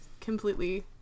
completely